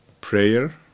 prayer